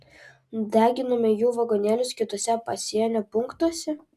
deginome jų vagonėlius kituose pasienio punktuose